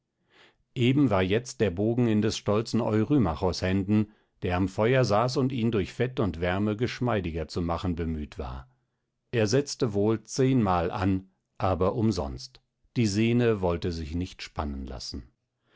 eben war jetzt der bogen in des stolzen eurymachos händen der am feuer saß und ihn durch fett und wärme geschmeidiger zu machen bemüht war er setzte wohl zehnmal an aber umsonst die senne wollte sich nicht spannen lassen